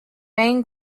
main